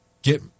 Get